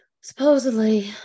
Supposedly